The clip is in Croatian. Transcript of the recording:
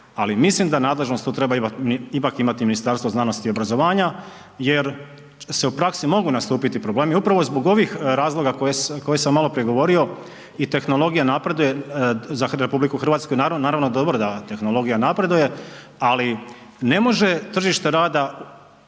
ali mislim da nadležnost tu treba imati ipak imati Ministarstvo znanosti i obrazovanja jer se u praksi mogu nastupiti problemi upravo zbog ovih razloga koje sam maloprije govorio i tehnologija napreduje. Za RH je naravno dobro da tehnologija napreduje, ali, ne može tržište rada